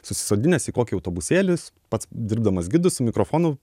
susisodinęs į kokį autobusėlį pats dirbdamas gidu su mikrofonu